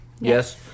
Yes